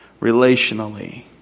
relationally